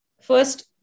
First